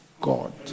God